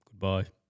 Goodbye